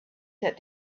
said